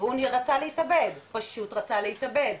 והוא רצה להתאבד, פשוט רצה להתאבד,